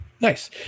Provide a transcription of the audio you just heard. Nice